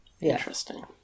Interesting